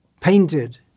painted